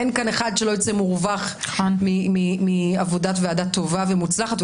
אין כאן אחד שלא יצא מורווח מעבודת ועדה טובה ומוצלחת.